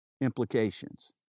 implications